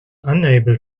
unable